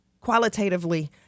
qualitatively